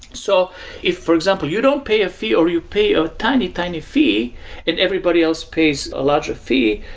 so if, for example, you don't pay a fee or you pay a tiny, tiny fee and everybody else pays a larger fee,